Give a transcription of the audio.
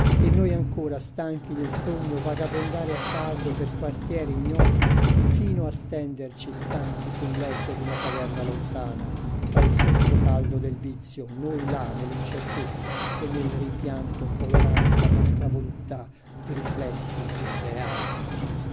e noi ancora stanchi del sogno vagabondare a caso per quartieri ignoti fino a stenderci stanchi sul letto di una taverna lontana tra il soffio caldo del vizio noi là nell'incertezza e nel rimpianto colorando la nostra voluttà di riflessi irreali